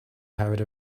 had